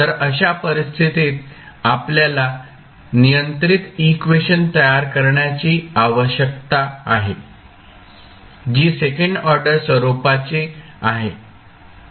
तर अशा परिस्थितीत आपल्याला नियंत्रित इक्वेशन तयार करण्याची आवश्यकता आहे जी सेकंड ऑर्डर स्वरूपाची आहे